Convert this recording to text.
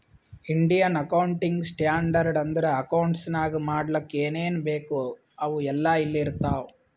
Indian accounting standard ಅಂದುರ್ accounts ನಾಗ್ ಮಾಡ್ಲಕ್ ಏನೇನ್ ಬೇಕು ಅವು ಎಲ್ಲಾ ಇಲ್ಲಿ ಇರ್ತಾವ